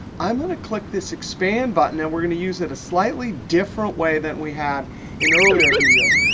i'm going to click this expand button. and we're going to use it a slightly different way than we had in earlier videos.